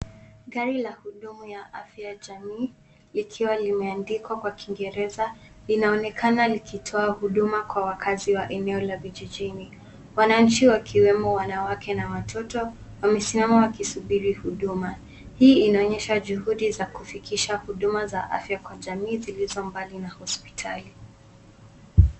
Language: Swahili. Gari la hudumu ya afya ya jamii, likiwa limeandikwa kwa kiingereza ,linaonekana likitoa huduma kwa wakaazi wa eneo la vijijini. Wananchi wakiwemo wanawake na watoto, wamesimama wakisubiri huduma. Hii inaonyesha juhudi za kufikisha huduma za afya kwa jamii zilizo mbali na hospitali.